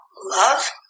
love